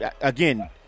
again